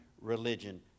religion